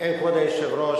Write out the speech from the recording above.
אם כבוד היושב-ראש